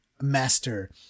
master